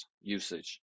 usage